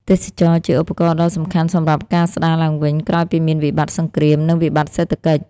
ទេសចរណ៍ជាឧបករណ៍ដ៏សំខាន់សម្រាប់ការស្ដារឡើងវិញ ក្រោយពីមានវិបត្តិសង្គ្រាម និងវិបត្តិសេដ្ឋកិច្ច។